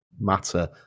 matter